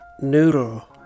Noodle